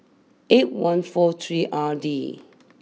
eight one four three R D